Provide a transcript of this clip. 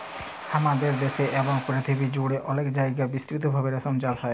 হামাদের দ্যাশে এবং পরথিবী জুড়ে অলেক জায়গায় বিস্তৃত ভাবে রেশম চাস হ্যয়